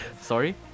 sorry